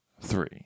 three